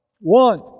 One